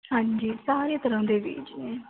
ਹਾਂਜੀ ਸਾਰੀ ਤਰ੍ਹਾਂ ਦੇ ਬੀਜ ਨੇ